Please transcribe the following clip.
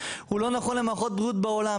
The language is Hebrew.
הוא לא נכון למערכות בריאות בעולם.